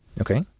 Okay